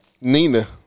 Nina